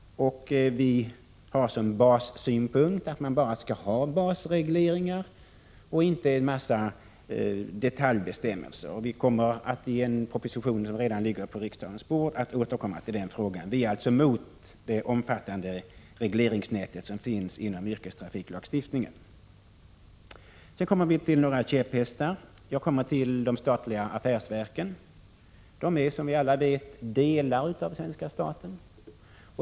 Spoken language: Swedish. Vi har som bassynpunkt att man bara skall ha basregleringar och inte en massa detaljbestämmelser. Vi kommer, med anledning av en proposition som redan ligger på riksdagens bord, att återkomma till den frågan. Vi är alltså emot de omfattande regleringsnät som finns inom yrkestrafiklagstiftningen. Jag kommer nu till några käpphästar. De statliga affärsverken är, som vi alla vet, delar av svenska staten.